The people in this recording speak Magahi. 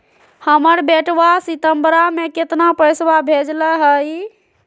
हमर बेटवा सितंबरा में कितना पैसवा भेजले हई?